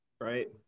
right